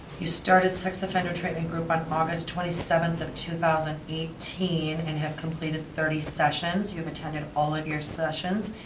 you started sex offender treatment group on august twenty seventh, of two thousand and eighteen and have completed thirty sessions. you have attended all of your sessions.